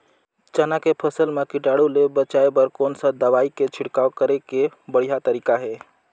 चाना के फसल मा कीटाणु ले बचाय बर कोन सा दवाई के छिड़काव करे के बढ़िया तरीका हे?